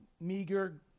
meager